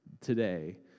today